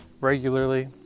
regularly